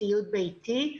ציוד ביתי,